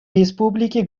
республики